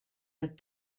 but